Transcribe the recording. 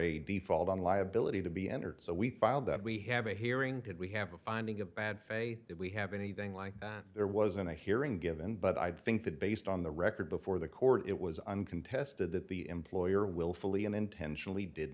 default on liability to be entered so we filed that we have a hearing could we have a finding of bad faith if we have anything like that there wasn't a hearing given but i think that based on the record before the court it was uncontested that the employer willfully and intentionally did